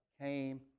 came